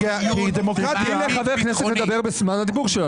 כי דמוקרטיה --- תני לחבר כנסת לדבר בזמן הדיבור שלו,